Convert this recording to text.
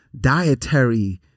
dietary